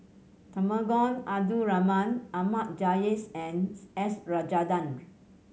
Temenggong Abdul Rahman Ahmad Jais and S Rajendran